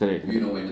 correct correct